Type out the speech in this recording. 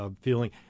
feeling